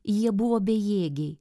jie buvo bejėgiai